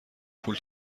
پول